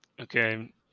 Okay